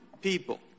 people